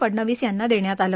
फडणवीस यांना देण्यात आलं